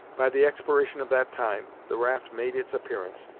by the expiration of that time, the raft made its appearance,